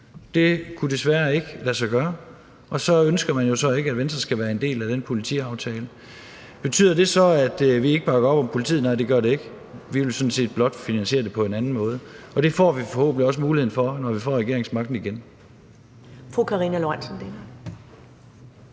det kunne desværre ikke lade sig gøre, og så ønsker man jo så ikke, at Venstre skal være en del af den politiaftale. Betyder det så, at vi ikke bakker op om politiet? Nej, det gør det ikke. Vi vil sådan set blot finansiere det på en anden måde, og det får vi forhåbentlig også muligheden for, når vi får regeringsmagten igen.